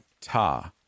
ta